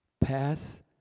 Pass